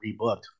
rebooked